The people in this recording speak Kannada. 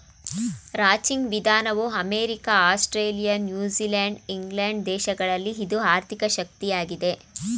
ರಾಂಚಿಂಗ್ ವಿಧಾನವು ಅಮೆರಿಕ, ಆಸ್ಟ್ರೇಲಿಯಾ, ನ್ಯೂಜಿಲ್ಯಾಂಡ್ ಇಂಗ್ಲೆಂಡ್ ದೇಶಗಳಲ್ಲಿ ಇದು ಆರ್ಥಿಕ ಶಕ್ತಿಯಾಗಿದೆ